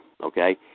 okay